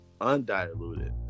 undiluted